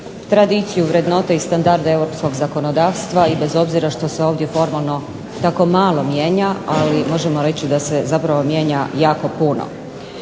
tradiciju, vrednote i standarde europskog zakonodavstva i bez obzira što se ovdje formalno tako malo mijenja, ali možemo reći da se zapravo mijenja jako puno.